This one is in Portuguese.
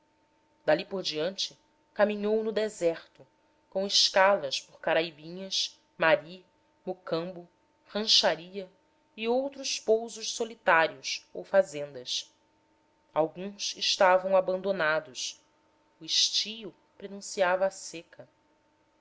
dali por diante caminhou no deserto com escalas por caraibinhas mari mocambo rancharia e outros pousos solitários ou fazendas alguns estavam abandonados o estio prenunciava a seca